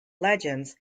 legends